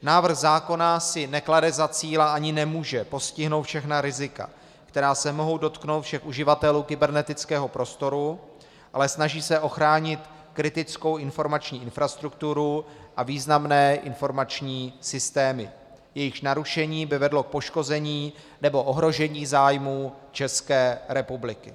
Návrh zákona si neklade za cíl a ani nemůže postihnout všechna rizika, která se mohou dotknout všech uživatelů kybernetického prostoru, ale snaží se ochránit kritickou informační infrastrukturu a významné informační systémy, jejichž narušení by vedlo k poškození nebo ohrožení zájmů České republiky.